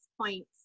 points